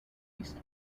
east